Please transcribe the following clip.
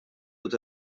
doit